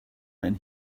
when